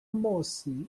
mossi